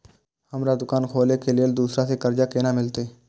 हमरा दुकान खोले के लेल दूसरा से कर्जा केना मिलते?